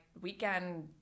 weekend